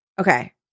Okay